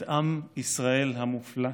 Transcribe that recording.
את עם ישראל המופלא.